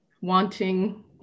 wanting